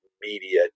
media